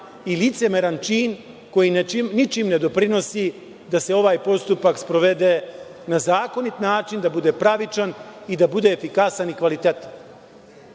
i licemeran čin koji ničim ne doprinosi da se ovaj postupak sprovede na zakonit način, da bude pravičan i da bude efikasan i kvalitetan. Zahvaljujem